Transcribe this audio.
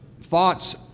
thoughts